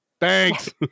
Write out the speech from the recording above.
Thanks